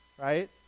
right